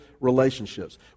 relationships